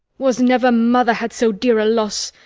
was never mother had so dear a loss!